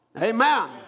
Amen